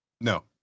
No